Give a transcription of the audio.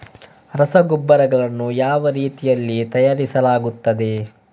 ರಸಗೊಬ್ಬರಗಳನ್ನು ಯಾವ ರೀತಿಯಲ್ಲಿ ತಯಾರಿಸಲಾಗುತ್ತದೆ?